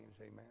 Amen